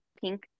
pink